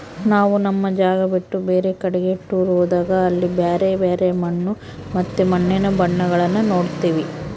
ನಾವು ನಮ್ಮ ಜಾಗ ಬಿಟ್ಟು ಬೇರೆ ಕಡಿಗೆ ಟೂರ್ ಹೋದಾಗ ಅಲ್ಲಿ ಬ್ಯರೆ ಬ್ಯರೆ ಮಣ್ಣು ಮತ್ತೆ ಮಣ್ಣಿನ ಬಣ್ಣಗಳನ್ನ ನೋಡ್ತವಿ